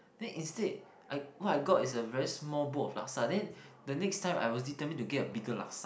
then instead I what I got is a very small bowl of laksa then the next time I was determined to get a bigger laksa